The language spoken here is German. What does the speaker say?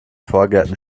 vorgärten